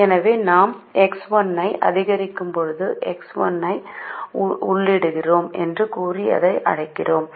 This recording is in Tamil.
எனவே நாம் X 1 ஐ அதிகரிக்கும்போது X1 ஐ உள்ளிடுகிறோம் என்று கூறி அதை அழைக்கிறோம்